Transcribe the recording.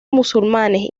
musulmanes